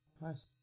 Nice